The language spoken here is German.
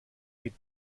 mit